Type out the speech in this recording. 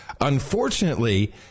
Unfortunately